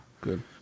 Good